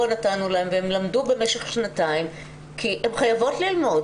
נתנו להן והן למדו במשך שנתיים כי הן חייבות ללמוד,